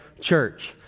church